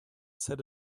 set